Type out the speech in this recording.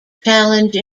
challenge